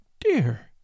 dear